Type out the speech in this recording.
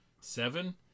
Seven